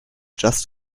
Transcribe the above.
just